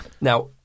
Now